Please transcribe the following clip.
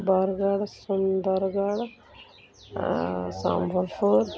ବରଗଡ଼ ସୁନ୍ଦରଗଡ଼ ଆଉ ସମ୍ବଲପୁର